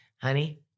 honey